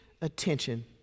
attention